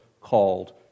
called